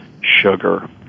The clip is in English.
sugar